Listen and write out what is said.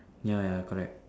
ya ya correct